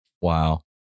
wow